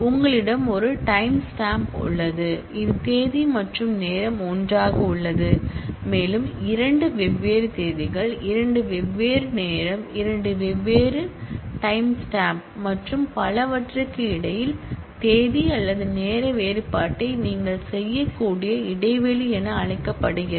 உங்களிடம் ஒரு டைம்ஸ்டெம்ப் உள்ளது இது தேதி மற்றும் நேரம் ஒன்றாக உள்ளது மேலும் இரண்டு வெவ்வேறு தேதிகள் இரண்டு வெவ்வேறு நேரம் இரண்டு வெவ்வேறு டைம்ஸ்டெம்ப் மற்றும் பலவற்றுக்கு இடையில் தேதி அல்லது நேர வேறுபாட்டை நீங்கள் செய்யக்கூடிய இடைவெளி என அழைக்கப்படுகிறது